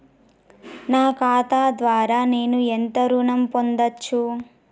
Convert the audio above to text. నా ఖాతా ద్వారా నేను ఎంత ఋణం పొందచ్చు?